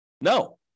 No